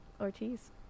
Ortiz